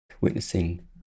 witnessing